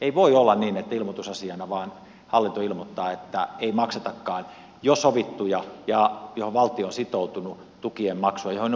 ei voi olla niin että ilmoitusasiana vain hallinto ilmoittaa että ei makseta kaan jo sovittuja johon valtio on sitoutunut tu kien maksuun johon on varattu rahat